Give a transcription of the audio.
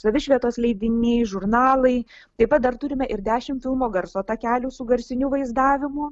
savišvietos leidiniai žurnalai taip pat dar turime ir dešimt filmo garso takelių su garsiniu vaizdavimu